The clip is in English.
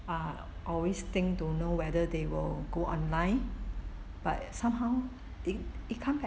I always think don't know whether they will go online but somehow it it can't